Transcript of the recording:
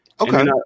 Okay